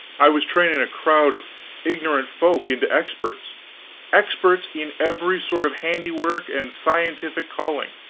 i was training a crowd of ignorant folk into experts experts in every sort of handiwork and scientific calling.